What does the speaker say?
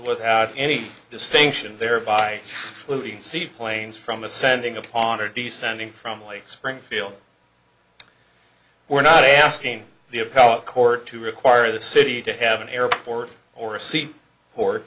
without any distinction there by sea planes from ascending upon or d sending from lake springfield we're not asking the appellate court to require the city to have an airport or a sea or